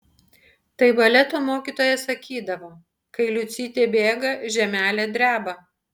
tai baleto mokytoja sakydavo kai liucytė bėga žemelė dreba